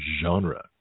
genre